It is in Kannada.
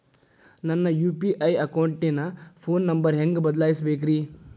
ನನ್ನ ಯು.ಪಿ.ಐ ಅಕೌಂಟಿನ ಫೋನ್ ನಂಬರ್ ಹೆಂಗ್ ಬದಲಾಯಿಸ ಬೇಕ್ರಿ?